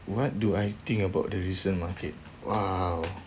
what do I think about the recent market !wow!